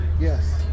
yes